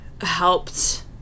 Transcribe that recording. helped